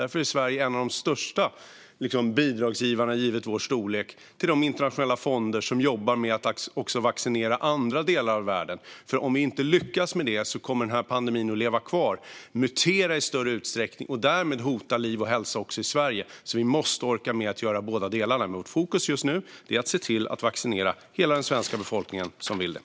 Därför är Sverige en av de största bidragsgivarna, givet vår storlek, till de internationella fonder som jobbar med att också vaccinera andra delar av världen - för om vi inte lyckas med det kommer det här viruset att leva kvar, mutera i större utsträckning och därmed hota liv och hälsa också i Sverige. Vi måste alltså orka med att göra båda delarna, men vårt fokus just nu är att se till att vaccinera alla som vill det i hela den svenska befolkningen.